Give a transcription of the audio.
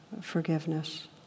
forgiveness